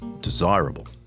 desirable